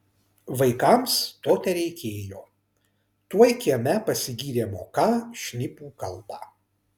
vaikams to tereikėjo tuoj kieme pasigyrė moką šnipų kalbą